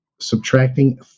subtracting